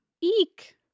eek